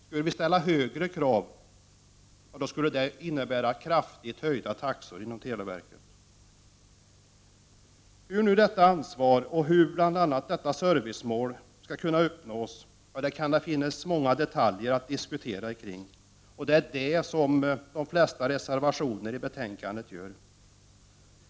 Större avkastningskrav skulle innebära kraftigt höjda taxor. Det kan finnas många detaljer att diskutera när det gäller hur detta ansvar och detta servicemål skall kunna uppnås. Det är vad de flesta reservationer till detta betänkande gör.